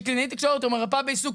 שהיא קלינאית תקשורת או מרפאה בעיסוק,